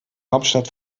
hauptstadt